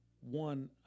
One